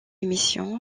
émission